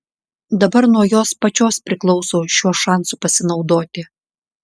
dabar nuo jos pačios priklauso šiuo šansu pasinaudoti